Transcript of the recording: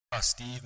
Steve